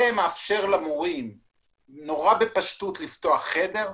זה מאפשר למורים בפשוט לפתוח חדר.